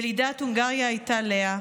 ילידת הונגריה הייתה לאה,